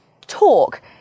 talk